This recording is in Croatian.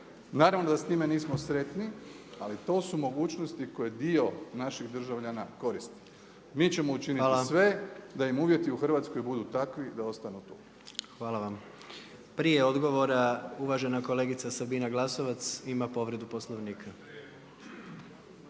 Naravno da s time nismo sretni ali to su mogućnosti koje dio naših državljana koristi. Mi ćemo učiniti sve da im uvjeti u Hrvatskoj budu takvi da ostanu tu. **Jandroković, Gordan (HDZ)** Hvala vam. Prije odgovora uvažena kolegica Sabina Glasovac ima povredu Poslovnika.